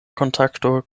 kontakto